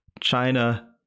China